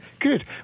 Good